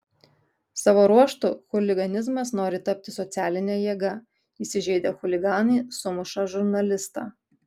savo ruožtu chuliganizmas nori tapti socialine jėga įsižeidę chuliganai sumuša žurnalistą